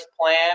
plan